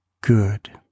good